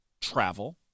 Travel